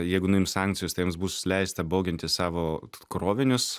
jeigu nuims sankcijos tai jiems bus leista boginti savo krovinius